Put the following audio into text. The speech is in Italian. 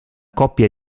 coppia